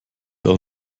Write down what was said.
auch